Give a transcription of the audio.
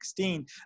2016